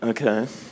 okay